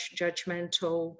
judgmental